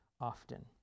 often